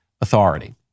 authority